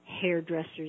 hairdressers